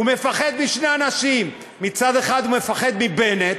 הוא מפחד משני אנשים, מצד אחד הוא מפחד מבנט,